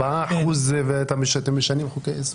4% ואתם משנים חוקי יסוד.